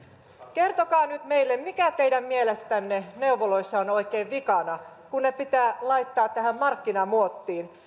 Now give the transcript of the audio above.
kertokaa nyt meille mikä teidän mielestänne neuvoloissa oikein on vikana kun ne pitää laittaa tähän markkinamuottiin